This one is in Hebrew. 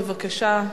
בבקשה,